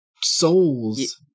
souls